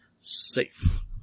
safe